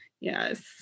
Yes